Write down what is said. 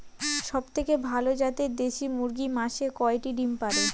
সবথেকে ভালো জাতের দেশি মুরগি মাসে কয়টি ডিম পাড়ে?